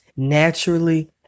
Naturally